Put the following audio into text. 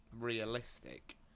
Realistic